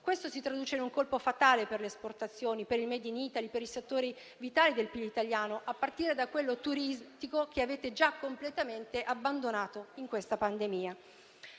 Questo si traduce in un colpo fatale per le esportazioni, per il *made in Italy* e per i settori vitali del PIL italiano, a partire da quello turistico, che avete già completamente abbandonato in questa pandemia.